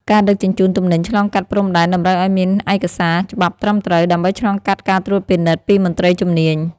ការដឹកជញ្ជូនទំនិញឆ្លងកាត់ព្រំដែនតម្រូវឱ្យមានឯកសារច្បាប់ត្រឹមត្រូវ ដើម្បីឆ្លងកាត់ការត្រួតពិនិត្យពីមន្ត្រីជំនាញ។